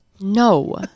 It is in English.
No